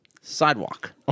sidewalk